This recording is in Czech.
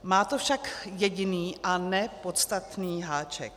Má to však jediný a ne podstatný háček.